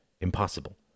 impossible